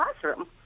classroom